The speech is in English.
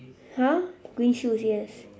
!huh! green shoes yes